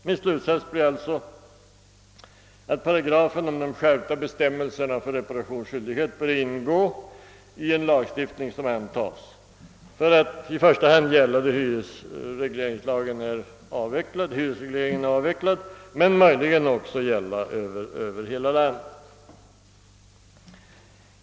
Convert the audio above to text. Min slutsats blir alltså att paragrafen om skärpta bestämmelser om reparationsskyldighet bör ingå i den lagstiftning som antages att i första hand gälla på orter där hyresregleringen avvecklats, möjligen över hela landet.